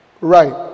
Right